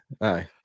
Aye